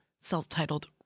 self-titled